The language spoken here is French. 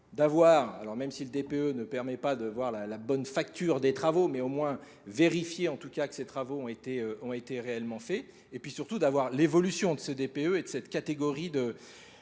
d'avoir, alors même si le DPE ne permet pas de voir la bonne facture des travaux, mais au moins vérifier en tout cas que ces travaux ont été réellement faits, et puis surtout d'avoir l'évolution de ce DPE et de cette catégorie de